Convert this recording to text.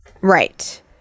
right